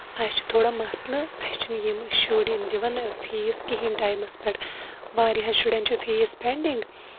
اَسہِ چھُ تھوڑا مَسلہٕ اَسہِ چھِنہٕ یِم شُرۍ دِوان فیٖس کِہینۍ ٹیمَس پٮ۪ٹھ واریاہَن شُرٮ۪ن چھُ فیٖس پینڈِنگ